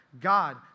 God